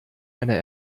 einer